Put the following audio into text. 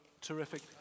terrific